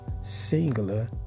singular